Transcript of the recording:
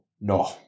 no